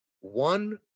one